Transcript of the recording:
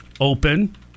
open